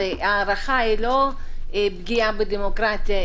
לכן ההארכה היא לא פגיעה בדמוקרטיה,